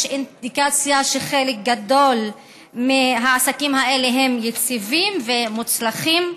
יש אינדיקציה שחלק גדול מהעסקים האלה הם יציבים ומוצלחים,